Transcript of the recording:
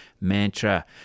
mantra